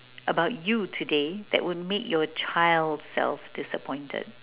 about you today that will make your child self disappointed